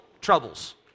troubles